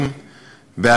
סליחה